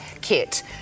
kit